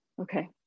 Okay